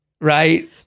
Right